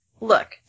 Look